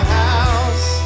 house